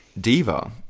diva